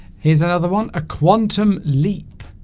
here's another one a quantum leap